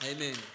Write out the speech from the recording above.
Amen